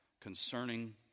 concerning